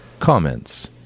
comments